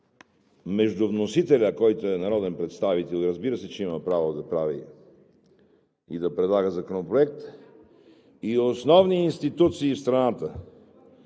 между вносителя, който е народен представител и, разбира се, че има право да прави и да предлага законопроект, и основни институции в страната,